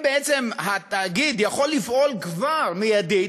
אם בעצם התאגיד יכול לפעול מייד,